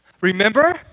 Remember